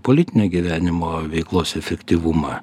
politinio gyvenimo veiklos efektyvumą